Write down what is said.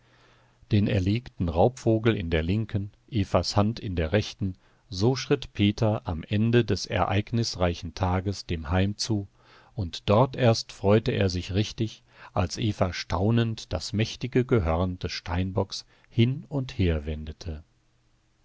den erlegten raubvogel in der linken evas hand in der rechten so schritt peter am ende des ereignisreichen tages dem heim zu und dort erst freute er sich richtig als eva staunend das mächtige gehörn des steinbocks hin und her wendete